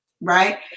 Right